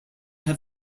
have